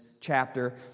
chapter